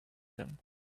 them